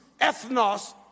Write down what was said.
ethnos